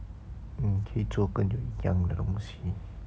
mm 可以多一点 young 的东西